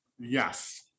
yes